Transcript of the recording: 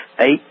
eight